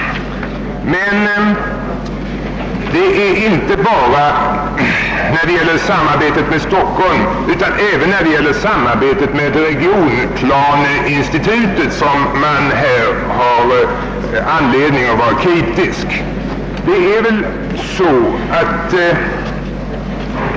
Men det är inte endast när det gäller samarbetet med Stockholm utan även när det gäller informationen till regionplanemyndigheterna som det finns skäl att vara kritiskt inställd.